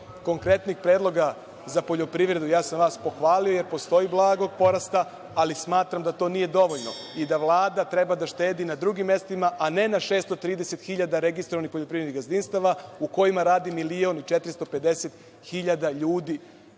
konkretnih predloga za poljoprivredu, ja sam vas pohvalio, jer postoji blagi porast, ali smatram da to nije dovoljno i da Vlada treba da štedi na drugim mestima, a ne na 630 hiljada registrovanih poljoprivrednih gazdinstava u kojima radi milion i 450 hiljada